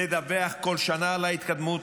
לדווח כל שנה על ההתקדמות,